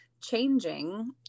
changing